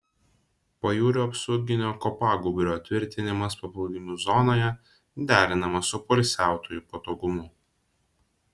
pajūrio apsauginio kopagūbrio tvirtinimas paplūdimių zonoje derinamas su poilsiautojų patogumu